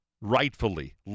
rightfully